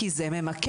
כי זה ממכר,